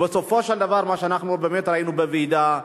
ובסופו של דבר מה שאנחנו ראינו בוועידה,